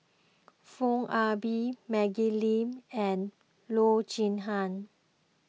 Foo Ah Bee Maggie Lim and Loo Zihan